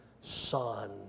Son